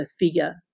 figure